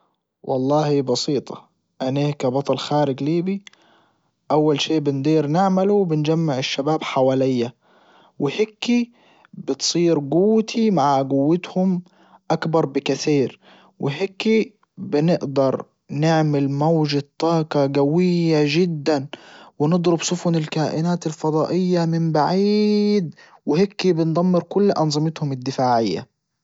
والله بسيطة اني كبطل خارج ليبي اول شي بندير نعمله وبنجمع الشباب حواليا وهيكي بتصير جوتي مع جوتهم اكبر بكثير وهيكي بنقدر نعمل موجة طاقة جوية جدا ونضرب سفن الكائنات الفضائية من بعيد وهيكي بندمر كل أنظمتهم الدفاعية.